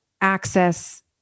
access